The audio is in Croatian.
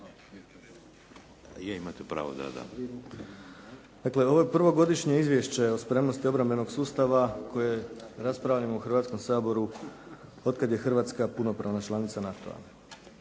imate pravo. Da, da./… Dakle, ovo je prvo Godišnje izvješće o spremnosti obrambenog sustava kojeg raspravljamo u Hrvatskom saboru od kad je Hrvatska punopravna članica NATO-a.